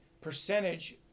percentage